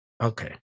Okay